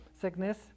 sickness